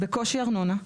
בקושי ארנונה.